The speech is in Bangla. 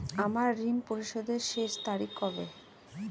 আমার ঋণ পরিশোধের শেষ তারিখ কবে?